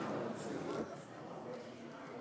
נתקבל.